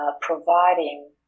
providing